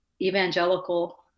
evangelical